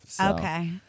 Okay